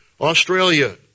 Australia